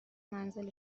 منزل